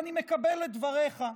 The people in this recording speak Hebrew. ואני מקבל את דבריך,